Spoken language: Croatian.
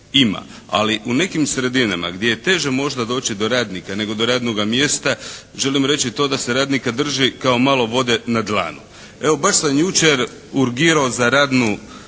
ima. Ali u nekim sredinama gdje je teže možda doći do radnika nego do radnoga mjesta želimo reći to da se radnika drži kao malo vode na dlanu. Evo baš sam jučer urgirao za radnu